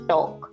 Talk